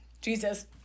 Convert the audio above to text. Jesus